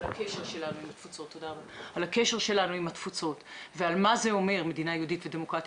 על הקשר שלנו עם התפוצות ועל מה זה אומר מדינה יהודית ודמוקרטית,